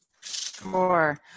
Sure